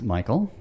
Michael